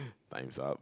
time's up